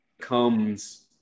comes